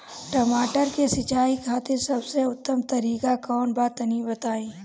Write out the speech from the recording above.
टमाटर के सिंचाई खातिर सबसे उत्तम तरीका कौंन बा तनि बताई?